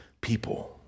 people